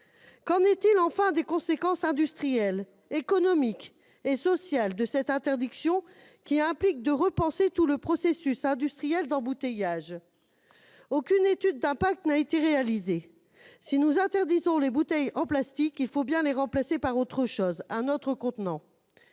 Qu'en est-il enfin des conséquences industrielles, économiques et sociales de cette interdiction, qui implique de repenser tout le processus industriel d'embouteillage ? Aucune étude d'impact n'a été réalisée. Si nous interdisions les bouteilles en plastique, il faudrait bien les remplacer par un autre contenant.